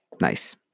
Nice